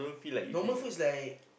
normal food is like